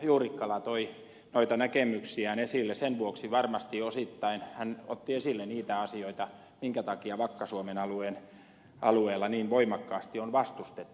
juurikkala toi noita näkemyksiään esille varmasti osittain hän otti esille niitä asioita minkä takia vakka suomen alueella niin voimakkaasti on vastustettu